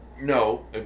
no